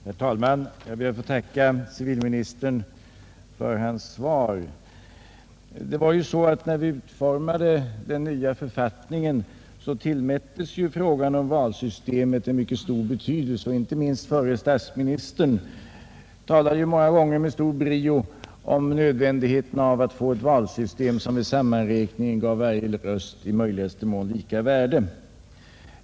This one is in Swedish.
Herr talman! Jag ber att få tacka civilministern för hans svar. När vi utformade den nya författningen tillmättes frågan om valsystemet en mycket stor betydelse. Inte minst förre statsministern talade många gånger med stor brio om nödvändigheten av att få ett valsystem, som vid sammanräkningen gav varje röst i möjligaste mån lika värde.